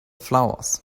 flowers